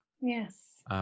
Yes